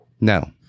No